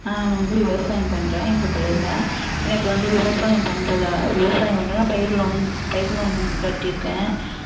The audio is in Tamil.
நான் வந்து விவசாயம் பண்ணுறேன் எங்கள் கொல்லையில் எனக்கு வந்து விவசாயம் பண்ணுறத விவசாயம் பண்ணுறோன்னா பயிர் லோன் பயிர் லோன் ஒன்று கட்டியிருக்கேன்